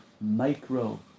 micro